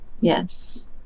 Yes